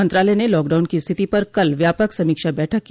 मंत्रालय ने लॉकडाउन की स्थिति पर कल व्यापक समीक्षा बैठक की